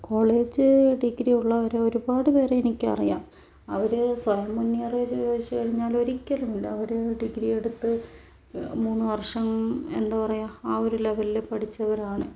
college degree ഉള്ളവരെ ഒരുപാട് പേരെ എനിക്ക് അറിയാം അവർ സ്വയം മുന്നേറിയോ എന്ന് ചോദിച്ചു കഴിഞ്ഞാൽ ഒരിക്കലും ഇല്ല അവർ ഡിഗ്രി എടുത്ത് മൂന്ന് വർഷം എന്താ പറയുക ആ ഒരു ലെവലിൽ പഠിച്ചവരാണ്